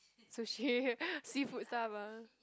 sushi seafood stuff ah